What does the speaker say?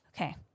Okay